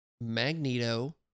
Magneto